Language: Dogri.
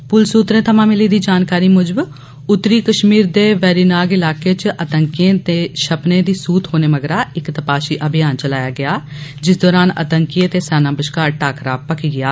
पुलस सुत्रें थमां मिली दी जानकारी मुजब उत्तरी कष्मीर दे वेरीनाग इलाके च आंतकीएं दे छप्पने दी सुह थ्होने मगरा इक तपाषी अभियान चलाया गेया जिस दौरान आंतकीयें ते सेना बष्कार टाकरा पक्खी गेया